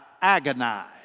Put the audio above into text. agonize